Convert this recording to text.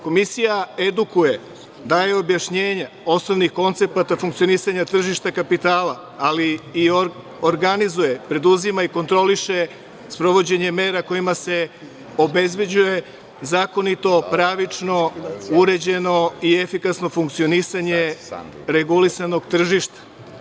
Komisija redukuje, daje objašnjenja osnovnih koncepata funkcionisanja tržišta kapitala, ali i organizuje, preduzima i kontroliše sprovođenje mera kojima se obezbeđuje zakonito, pravično, uređeno i efikasno funkcionisanje regulisanog tržišta.